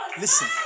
Listen